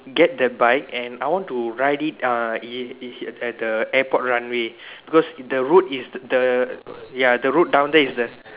get the bike and I want to ride it uh it it at the airport runway because the road is the ya the road down there is the